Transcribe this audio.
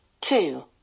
two